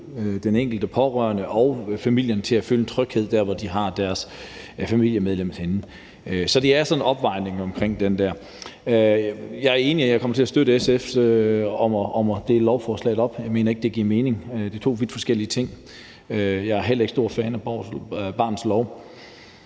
den enkelte pårørende og familien til at føle tryghed omkring, hvor de har deres familiemedlemmer henne. Så det er sådan en afvejning af de der ting. Jeg er enig med SF, og jeg kommer til at støtte SF's ønske om at dele lovforslaget op. Jeg mener ikke, det giver mening; det er to vidt forskellige ting. Jeg er heller ikke stor fan af barnets lov.